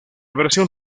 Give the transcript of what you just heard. versión